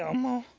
elmo.